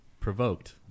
provoked